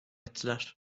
ettiler